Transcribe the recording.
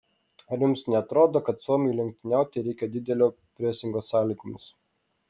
ar jums neatrodo kad suomiui lenktyniauti reikia didelio presingo sąlygomis